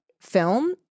film